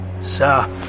Sir